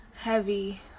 heavy